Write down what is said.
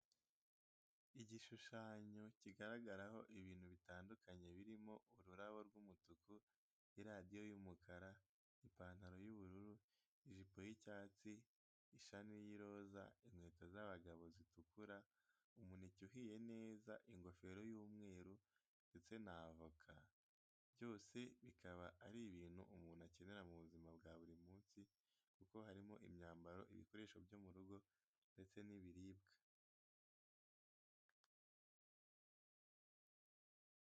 Igishushanyo kigaragaraho ibintu bitandukanye birimo ururabo rw'umutuku, iradiyo y'umukara, ipantaro y'ubururu, ijipo y'icyatsi, isahani y'iroza, inkweto z'abagabo zitukura, umuneke uhiye neza, ingofero y'umweru ndetse n'avoka. Byose bikaba ari ibintu umuntu akenera mu buzima bwa buri munsi kuko harimo imyambaro, ibikoresho byo mu rugo ndetse n'ibiribwa.